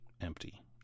empty